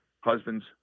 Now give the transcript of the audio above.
husbands